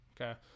Okay